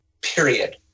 period